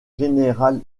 général